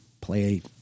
play